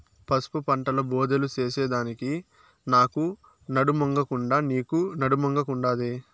పసుపు పంటల బోదెలు చేసెదానికి నాకు నడుమొంగకుండే, నీకూ నడుమొంగకుండాదే